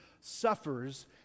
suffers